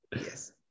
Yes